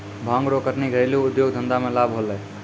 भांग रो कटनी घरेलू उद्यौग धंधा मे लाभ होलै